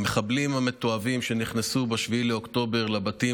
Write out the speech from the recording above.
המחבלים המתועבים שנכנסו ב-7 באוקטובר לבתים